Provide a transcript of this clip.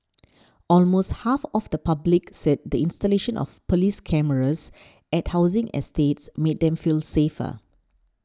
almost half of the public said the installation of police cameras at housing estates made them feel safer